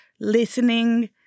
listening